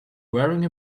wearing